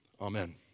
Amen